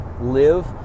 live